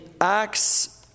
Acts